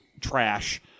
trash